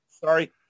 Sorry